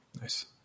Nice